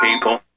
people